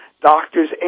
Doctors